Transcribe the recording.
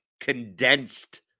condensed